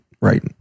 right